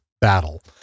battle